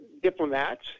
diplomats